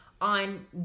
on